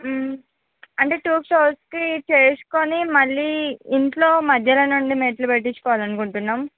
అంటే టూ ఫ్లోర్స్కి చేసుకుని మళ్ళీ ఇంట్లో మధ్యలో నుంచి మెట్లు పెట్టించుకోవాలని అనుకుంటున్నాం